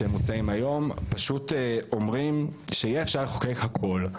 שמוצעים היום פשוט אומרים שיהיה אפשר לחוקק הכל,